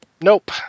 Nope